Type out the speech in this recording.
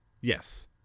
Yes